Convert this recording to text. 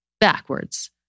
backwards